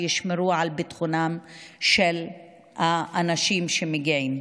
שישמרו על ביטחונם של האנשים שמגיעים.